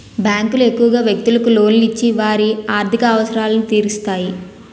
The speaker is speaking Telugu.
బ్యాంకులు ఎక్కువగా వ్యక్తులకు లోన్లు ఇచ్చి వారి ఆర్థిక అవసరాలు తీరుస్తాయి